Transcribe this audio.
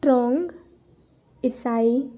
Trong इसाई